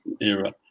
era